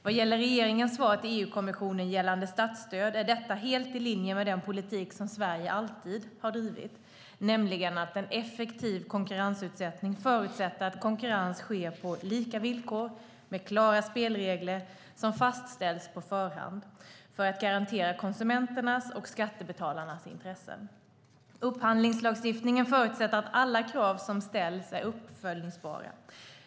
Vad gäller regeringens svar till EU-kommissionen gällande statsstöd är detta helt i linje med den politik som Sverige alltid har drivit, nämligen att en effektiv konkurrensutsättning förutsätter att konkurrens sker på lika villkor med klara spelregler som fastställs på förhand för att garantera konsumenternas och skattebetalarnas intressen. Upphandlingslagstiftningen förutsätter att alla krav som ställs är uppföljningsbara.